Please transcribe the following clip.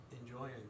enjoying